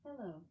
Hello